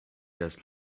just